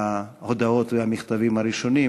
ההודעות והמכתבים הראשונים.